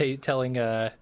telling